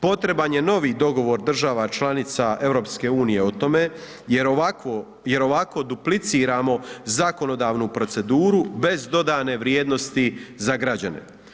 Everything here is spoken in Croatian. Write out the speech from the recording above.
Potreban je novi dogovor država članica EU o tome jer ovako, jer ovako dupliciramo zakonodavnu proceduru bez dodane vrijednosti za građane.